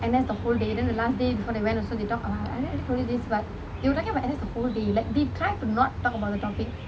epic